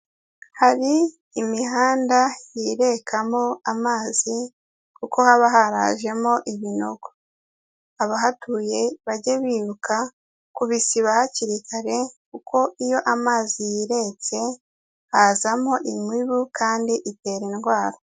Hari imihanda yirekamo amazi kuko haba harajemo ibinogo, abahatuye bajye bibuka ku bisiba hakiri kare kuko iyo amazi yiretse hazamo imibu kandi itera indwara.